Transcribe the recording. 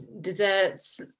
desserts